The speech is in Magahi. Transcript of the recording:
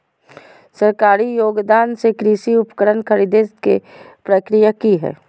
सरकारी योगदान से कृषि उपकरण खरीदे के प्रक्रिया की हय?